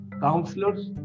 counselors